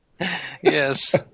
Yes